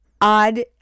odd